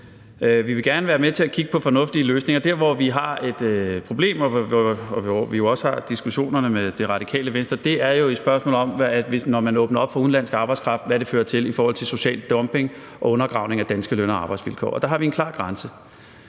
Vi vil gerne være med til at kigge på fornuftige løsninger. Der, hvor vi har et problem, og hvor vi også har diskussionerne med Radikale Venstre, er jo i spørgsmålet om, hvad det fører til i forhold til social dumping og undergravning af danske løn- og arbejdsvilkår, hvis man åbner